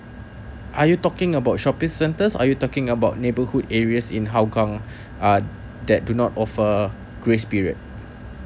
are you talking about shopping centers are you talking about neighbourhood areas in hougang uh that do not offer grace period